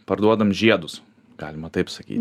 parduodam žiedus galima taip sakyt